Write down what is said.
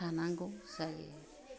थानांगौ जायो